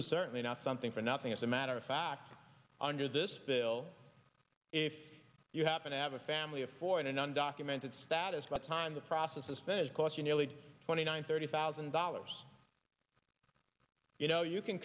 is certainly not something for nothing as a matter of fact under this bill if you happen to have a family of four in an undocumented status what time the process is finished cause you nearly twenty nine thirty thousand dollars you know you can